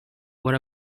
what